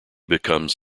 becomes